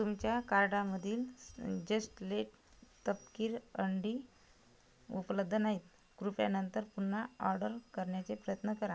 तुमच्या कार्डामधील just laid तपकिरी अंडी उपलब्ध नाहीत कृपया नंतर पुन्हा ऑर्डर करण्याचा प्रयत्न करा